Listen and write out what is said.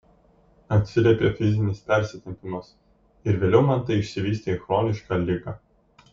atsiliepė fizinis persitempimas ir vėliau man tai išsivystė į chronišką ligą